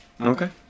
Okay